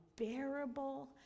unbearable